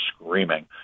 screaming